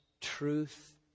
truth